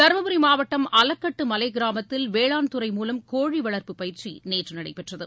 தருமபுரி மாவட்டம் அலக்கட்டு மலைக்கிராமத்தில் வேளாண் துறை மூவம் கோழி வளர்ப்பு பயிற்சி நேற்று நடைபெற்றது